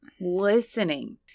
listening